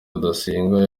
rudasingwa